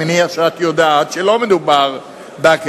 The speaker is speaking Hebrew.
אני מניח שאת יודעת שלא מדובר באקדמאים.